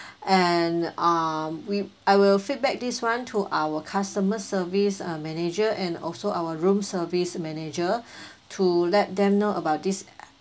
and um we I will feedback this one to our customer service uh manager and also our room service manager to let them know about this